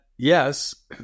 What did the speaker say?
Yes